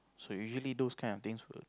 so usually those kind of things would